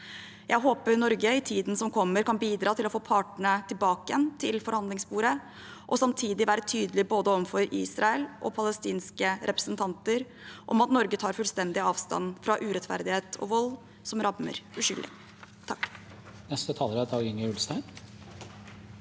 Jeg håper Norge i tiden som kommer, kan bidra til å få partene tilbake til forhandlingsbordet og samtidig være tydelig overfor både Israel og palestinske representanter på at Norge tar fullstendig avstand fra urettferdighet og vold som rammer uskyldige.